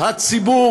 הציבור,